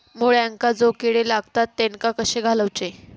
मुळ्यांका जो किडे लागतात तेनका कशे घालवचे?